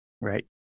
Right